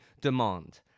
demand